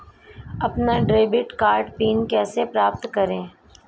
अपना debit card PIN कैसे प्राप्त करें?